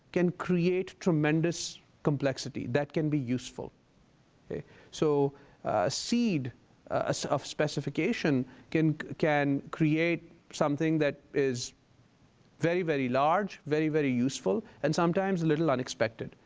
can create tremendous complexity. that can be useful. so a so seed ah so of specification can can create something that is very, very large, very, very useful, and sometimes a little unexpected.